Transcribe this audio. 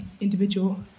individual